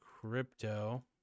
crypto